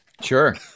Sure